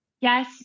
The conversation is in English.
Yes